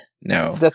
no